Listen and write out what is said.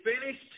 finished